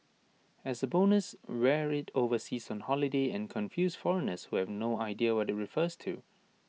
as A bonus wear IT overseas on holiday and confuse foreigners who have no idea what IT refers to